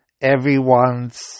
everyone's